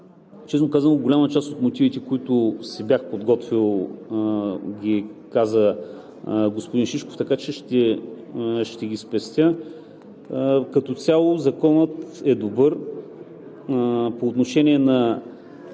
Честно казано, голяма част от мотивите, които си бях подготвил, ги каза господин Шишков, така че ще ги спестя. Като цяло Законът е добър. По отношение на